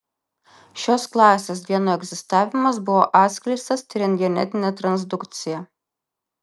šios klasės genų egzistavimas buvo atskleistas tiriant genetinę transdukciją